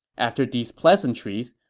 after these pleasantries,